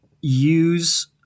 use